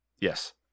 Yes